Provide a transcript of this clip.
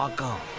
ah go.